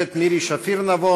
גברת מירי שפיר-נבון,